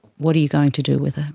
what are you going to do with it?